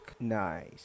Nice